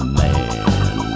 man